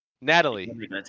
Natalie